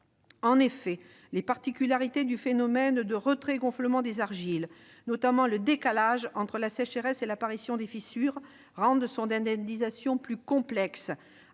En effet, les particularités du phénomène de retrait-gonflement des argiles, et notamment le décalage entre la sécheresse et l'apparition des fissures, rendent son indemnisation plus complexe.